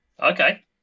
Okay